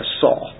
Saul